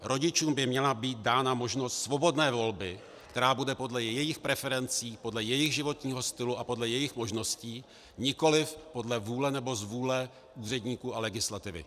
Rodičům by měla být dána možnost svobodné volby, která bude podle jejich preferencí, podle jejich životního stylu a podle jejich možností, nikoliv podle vůle nebo zvůle úředníků a legislativy.